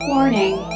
Warning